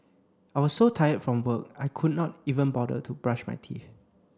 I was so tired from work I could not even bother to brush my teeth